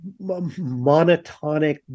monotonic